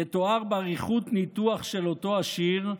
יתואר באריכות ניתוח של אותו השיר,